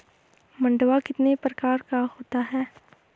मंडुआ कितने प्रकार का होता है?